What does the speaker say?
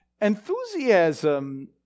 Enthusiasm